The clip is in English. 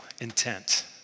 intent